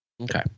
Okay